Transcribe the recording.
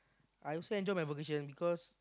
I also enjoy my vocation because